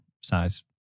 size